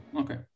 Okay